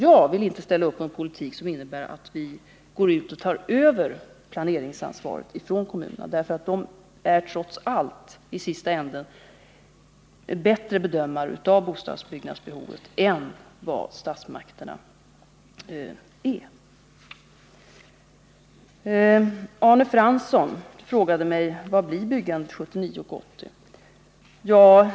Jag vill inte ställa upp på någon politik som innebär att vi tar över planeringsansvaret från kommunerna. Kommunerna är trots allt bättre bedömare av Lostadsbyggnadsbehovet än vad statsmakterna är. Arne Fransson frågade mig hur stort byggandet blir 1979 och 1980.